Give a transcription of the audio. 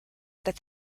that